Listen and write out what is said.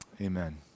Amen